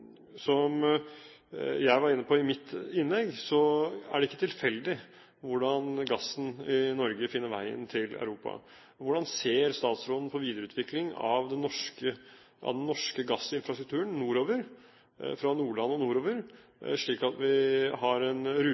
Som jeg var inne på i mitt innlegg, er det ikke tilfeldig hvordan gassen i Norge finner veien til Europa. Hvordan ser statsråden på videreutvikling av den norske gassinfrastrukturen nordover, fra Nordland og nordover, slik at vi har en